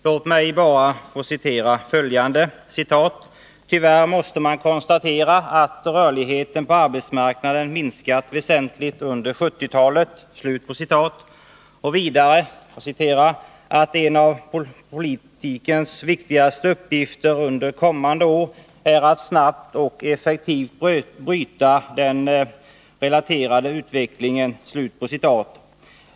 Låt mig få citera följande: ”Tyvärr måste man konstatera att rörligheten på arbetsmarknaden minskat väsentligt under 1970-talet.” Vidare står det att en ”av politikens viktigaste uppgifter under kommande år är att snabbt och effektivt bryta den här relaterade utvecklingen”.